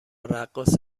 رقاص